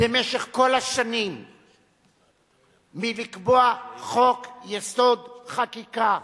במשך כל השנים מלקבוע חוק-יסוד: החקיקה.